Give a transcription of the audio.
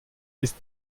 ist